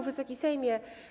Wysoki Sejmie!